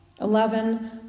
Eleven